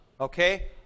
okay